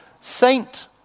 Saint